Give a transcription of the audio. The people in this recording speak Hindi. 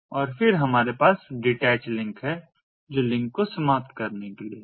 और फिर हमारे पास डीटैच लिंक है जो लिंक को समाप्त करने के लिए है